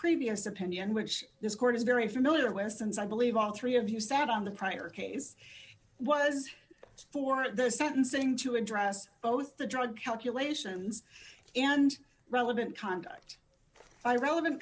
previous opinion which this court is very familiar weston's i believe all three of you sat on the prior case was for the sentencing to address both the drug calculations and relevant conduct by relevant